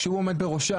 כשהוא עמד בראשה,